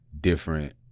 different